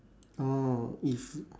orh if